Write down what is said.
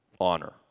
Honor